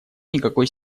никакой